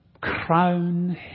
crown